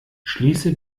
schließe